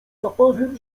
zapachem